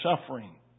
suffering